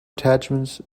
attachments